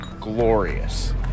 Glorious